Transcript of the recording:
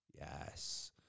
yes